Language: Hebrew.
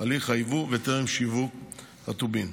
הליך היבוא וטרם שיווק הטובין.